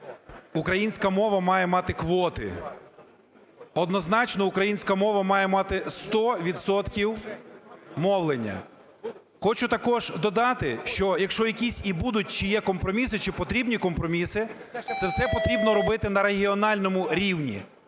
українська мова має мати квоти. Однозначно українська мова має мати сто відсотків мовлення. Хочу також додати, що якщо якісь і будуть, чи є компроміси, чи потрібні компроміси, це все потрібно робити на регіональному рівні.